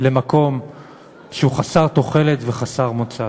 למקום שהוא חסר תוחלת וחסר מוצא.